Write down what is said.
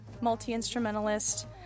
multi-instrumentalist